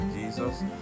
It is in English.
Jesus